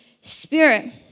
Spirit